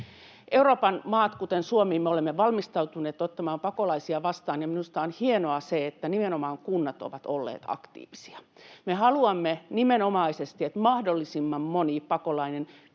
Euroopan maat, kuten Suomi, ovat valmistautuneet ottamaan pakolaisia vastaan, ja minusta on hienoa se, että nimenomaan kunnat ovat olleet aktiivisia. Me haluamme nimenomaisesti, että mahdollisimman moni pakolainen pystyisi